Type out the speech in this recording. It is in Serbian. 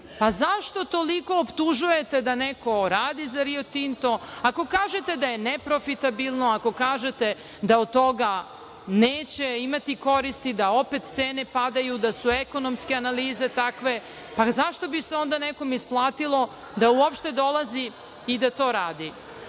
pa zašto toliko optužujete da neko radi za Rio Tinto. Ako kažete da je neprofitabilno, ako kažete da o od toga neće imati koristi, da opet cene padaju, da su ekonomske analize takve, pa zašto bi se onda nekome isplatilo da uopšte dolazi i da to